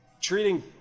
Treating